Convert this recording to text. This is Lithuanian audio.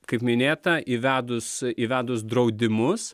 kaip minėta įvedus įvedus draudimus